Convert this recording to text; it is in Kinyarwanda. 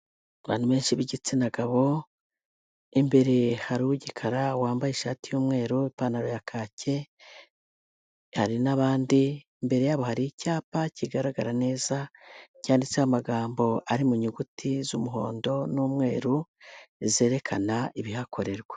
Abantu benshi b'igitsina gabo, imbere hari uw'igikara wambaye ishati y'umweru, ipantaro ya kake, hari n'abandi, imbere yabo hari icyapa kigaragara neza cyanditseho amagambo ari mu nyuguti z'umuhondo n'umweru, zerekana ibihakorerwa.